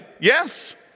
yes